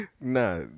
nah